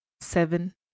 seven